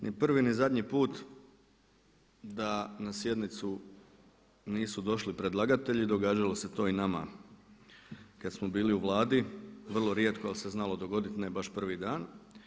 Ni prvi ni zadnji put da na sjednicu nisu došli predlagatelji, događalo se to i nama kada smo bili u Vladi, vrlo rijetko ali se znalo dogoditi, ne baš prvi dan.